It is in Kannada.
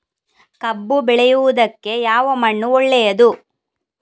ಕಬ್ಬು ಬೆಳೆಯುವುದಕ್ಕೆ ಯಾವ ಮಣ್ಣು ಒಳ್ಳೆಯದು?